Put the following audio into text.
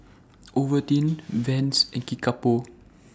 Ovaltine Vans and Kickapoo